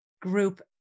group